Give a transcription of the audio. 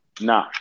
No